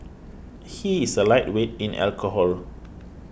he is a lightweight in alcohol